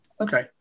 Okay